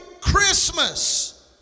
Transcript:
Christmas